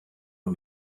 yng